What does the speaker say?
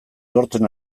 lortzen